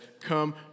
come